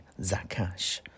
Zakash